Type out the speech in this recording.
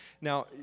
Now